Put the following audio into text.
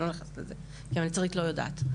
אני לא נכנסת לזה כי המלצרית לא יודעת.